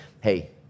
hey